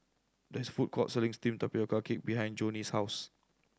there is a food court selling steamed tapioca cake behind Jonnie's house